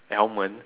almond